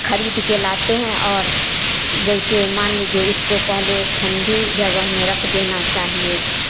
खरीद के लाते हैं और जैसे मान लीजिए उसको पहले ठंडी जगह में रख देना चाहिए